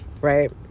Right